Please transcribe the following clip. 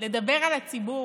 לדבר על הציבור?